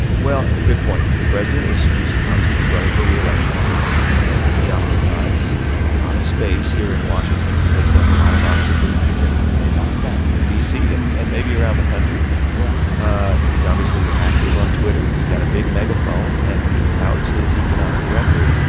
well, it's a good point. the president is he's obviously, he's running for re-election now. and he occupies a lot of space here in washington. he takes up a lot of oxygen in. you don't say. in d c. and and maybe around the country yeah, yeah he's obviously active on twitter. he's got a big megaphone, and he touts his economic record.